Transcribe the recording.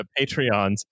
Patreons